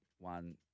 one